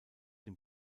den